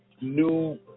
new